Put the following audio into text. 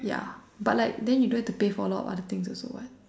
ya but like then you don't have to pay for a lot of things also what